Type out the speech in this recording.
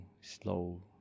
slow